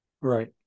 Right